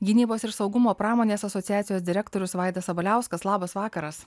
gynybos ir saugumo pramonės asociacijos direktorius vaidas sabaliauskas labas vakaras